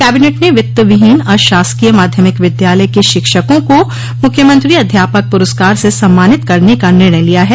cabinet ने वित्तविहीन अशासकीय माध्यमिक विद्यालय के शिक्षकों को मुख्यमंत्री अध्यापक पुरस्कार से सम्मानित करने का निर्णय लिया है